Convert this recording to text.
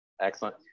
Excellent